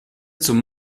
zum